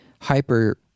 hyper